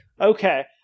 Okay